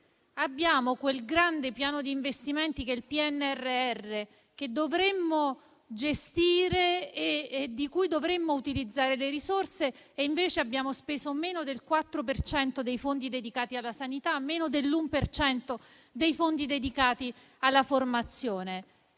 Abbiamo quel grande piano di investimenti che è il PNRR, che dovremmo gestire e di cui dovremmo utilizzare le risorse, e invece abbiamo speso meno del 4 per cento dei fondi dedicati alla sanità e meno dell'1 per cento di quelli dedicati alla formazione.